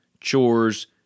chores